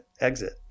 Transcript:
exit